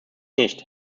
nicht